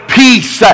peace